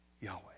Yahweh